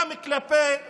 גם כלפי בג"ץ,